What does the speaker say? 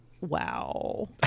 wow